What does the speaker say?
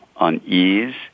unease